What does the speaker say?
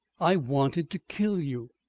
i wanted to kill you,